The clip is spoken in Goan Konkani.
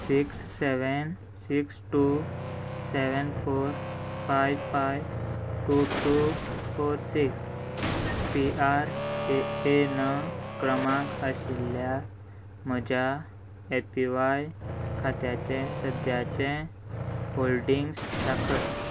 six seven six two seven four five five two two four six P R A N क्रमांक आशिल्ल्या म्हज्या ए पी व्हाय खात्याचे सद्याचे होल्डिंग्स दाखय